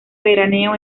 veraneo